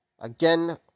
Again